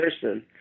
person